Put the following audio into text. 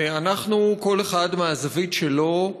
ואנחנו, כל אחד מהזווית שלו,